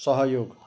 सहयोग